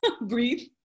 breathe